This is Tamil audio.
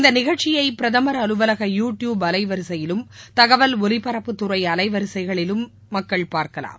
இந்த நிகழ்ச்சியை பிரதம் அலுவலக யூ டியூப் அலைவரிசையிலும் தகவல் ஒலிபரப்புத்துறை அலைவரிசைகளிலும் இந்த நிகழ்ச்சியை மக்கள் பார்க்கலாம்